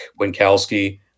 Winkowski